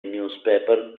newspaper